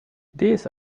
these